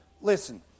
Listen